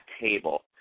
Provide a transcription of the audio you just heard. table